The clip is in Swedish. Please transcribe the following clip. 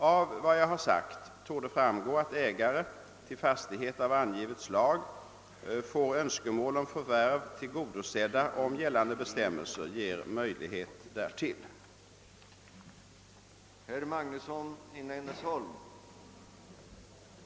Av vad jag sagt torde framgå att ägare till fastighet av angivet slag får önskemål om förvärv tillgodosedda, om gällande bestämmelser ger möjlighet därtill.